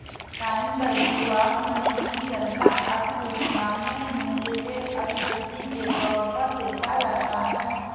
time value of money की चर्चा अर्थव्यवस्था में मूल्य के अभिवृद्धि के तौर पर देखा जाता है